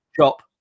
shop